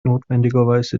notwendigerweise